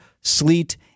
sleet